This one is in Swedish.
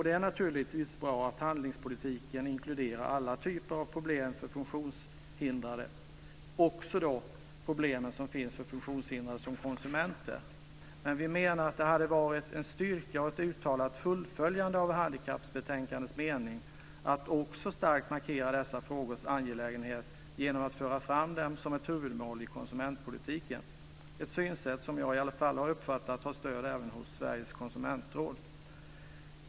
Det är naturligtvis bra att handikappolitiken inkluderar alla typer av problem för funktionshindrade, också problem som finns för funktionshindrade som konsumenter. Men vi menar att det hade varit en styrka och ett uttalat fullföljande av handikappbetänkandets mening att också starkt markera dessa frågors angelägenhet genom att föra fram dem som ett huvudmål i konsumentpolitiken, ett synsätt som jag i alla fall har uppfattat har stöd även hos Sveriges konsumentråd.